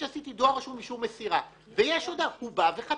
להגיד שעשיתי דואר רשום עם אישור מסירה והוא בא וחתם.